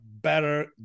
better